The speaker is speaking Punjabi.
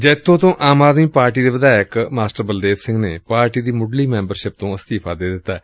ਜੈਤੋ ਤੋਂ ਆਮ ਆਦਮੀ ਪਾਰਟੀ ਦੇ ਵਿਧਾਇਕ ਮਾਸਟਰ ਬਲਦੇਵ ਸਿੰਘ ਨੇ ਪਾਰਟੀ ਦੀ ਮੁੱਢਲੀ ਮੈਂਬਰਸ਼ਿਪ ਤੋਂ ਅਸਤੀਫ਼ਾ ਦੇ ਦਿੱਤੈ